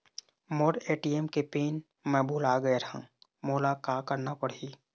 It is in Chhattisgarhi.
मोर ए.टी.एम के पिन मैं भुला गैर ह, मोला का करना पढ़ही?